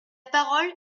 parole